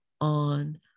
on